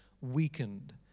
weakened